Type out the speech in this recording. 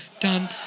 Done